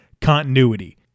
continuity